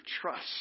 trust